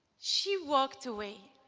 she walked away.